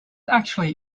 actually